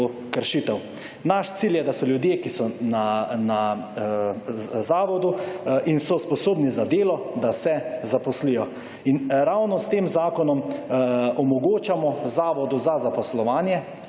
kršitev. Naš cilj je, da so ljudje, ki so na zavodu in so sposobni za delo, da se zaposlijo. In ravno s tem zakonom omogočamo Zavodu za zaposlovanje,